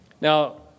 Now